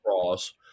cross